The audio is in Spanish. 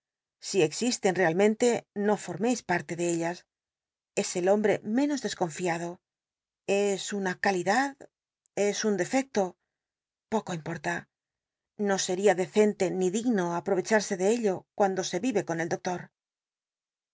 si existen realmente no formeis parle de ellas es el hombre menos desconflado es una calidad es un defecto poco importa no seria decente ni digno aproyecharsc de ello cuando se vive con el doctor